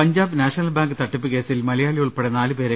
Punjab National Bank തട്ടിപ്പ് കേസിൽ മലയാളി ഉൾപ്പെടെ നാലുപേരെ